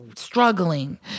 struggling